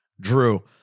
Drew